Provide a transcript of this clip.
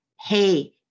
Hey